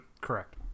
correct